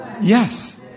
Yes